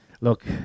Look